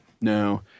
No